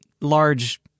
large